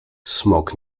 smok